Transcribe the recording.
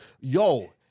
Yo